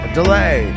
delay